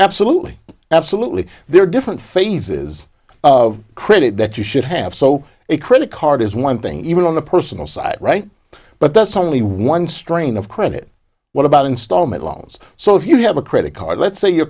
absolutely absolutely there are different phases of credit that you should have so a credit card is one thing even on the personal side right but that's only one strain of credit what about installment loans so if you have a credit card let's say your